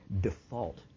default